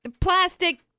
plastic